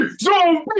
zombie